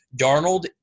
Darnold